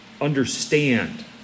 understand